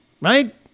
Right